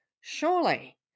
surely